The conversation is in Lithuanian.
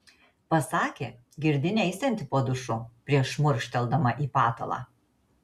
pasakė girdi neisianti po dušu prieš šmurkšteldama į patalą